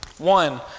One